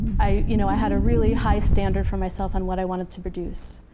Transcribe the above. i you know i had a really high standard for myself on what i wanted to produce.